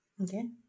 okay